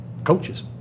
coaches